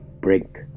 Break